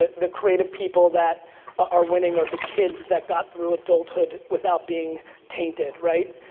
ah the creative people that are winning, are the kids that got through adulthood without being tainted, right?